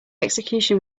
execution